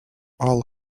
all